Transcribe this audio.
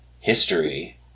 history